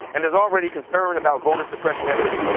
and there's already concern about voter suppression efforts.